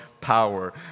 power